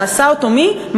שעשה אותו מי?